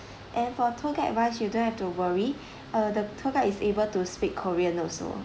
and for tour guide wise you don't have to worry uh the tour guide is able to speak korean also